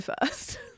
first